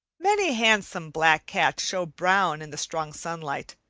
many handsome black cats show brown in the strong sunlight,